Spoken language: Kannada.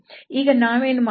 ಈಗ ನಾವೇನು ಮಾಡುತ್ತಿದ್ದೇವೆ